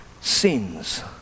sins